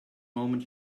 moment